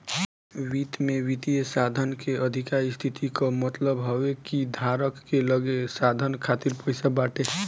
वित्त में वित्तीय साधन के अधिका स्थिति कअ मतलब हवे कि धारक के लगे साधन खातिर पईसा बाटे